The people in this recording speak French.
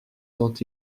tant